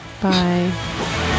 Bye